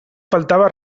faltava